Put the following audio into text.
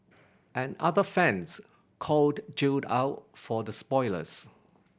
and other fans called Jill out for the spoilers